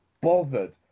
bothered